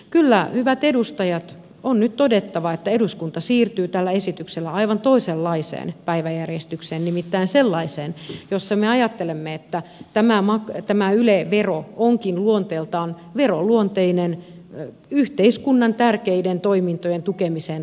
kyllä hyvät edustajat nyt on todettava että eduskunta siirtyy tällä esityksellä aivan toisenlaiseen päiväjärjestykseen nimittäin sellaiseen jossa me ajattelemme että tämä yle vero onkin luonteeltaan veroluonteinen yhteiskunnan tärkeiden toimintojen tukemiseen tarkoitettu vero